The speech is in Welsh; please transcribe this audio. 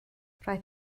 roedd